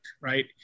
right